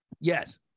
Yes